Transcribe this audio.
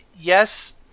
Yes